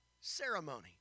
ceremony